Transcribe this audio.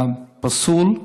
היה פסול.